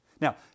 Now